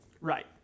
right